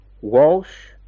Walsh